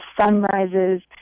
sunrises